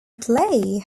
play